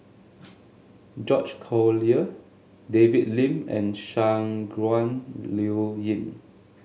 George Collyer David Lim and Shangguan Liuyun